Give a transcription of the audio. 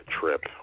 trip